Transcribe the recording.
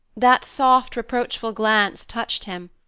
that soft, reproachful glance touched him,